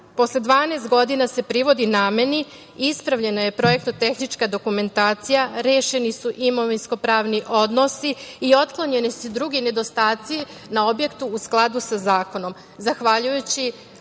posle 12 godina se privodi nameni. Ispravljena je projektno-tehnička dokumentacija, rešeni su imovinsko pravni odnosi i otklonjeni su drugi nedostaci na objektu u skladu sa zakonom